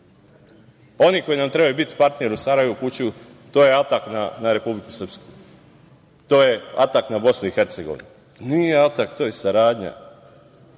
koji nam trebaju biti partneri u Sarajevu upućuju - to je atak na Republiku Srpsku, to je atak na Bosnu i Hercegovinu. Nije atak, to je saradnja.